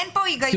אין פה היגיון.